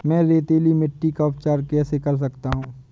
मैं रेतीली मिट्टी का उपचार कैसे कर सकता हूँ?